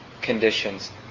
conditions